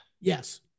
Yes